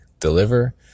deliver